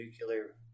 nuclear